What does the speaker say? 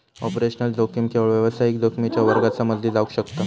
operational जोखीम केवळ व्यावसायिक जोखमीच्या वर्गात समजली जावक शकता